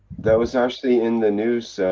that was actually in the news.